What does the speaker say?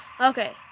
okay